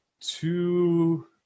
two –